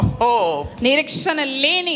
hope